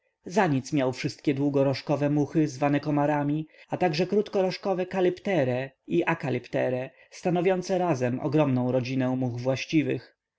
nic miał wszystkie długorożkowe muchy zwane komarami a także krótkorożkowe calpyterae i acelypterae stanowiące razem ogromną rodzinę much właściwych